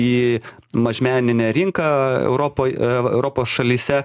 į mažmeninę rinką europoj europos šalyse